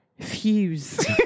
Fuse